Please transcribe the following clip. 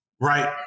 right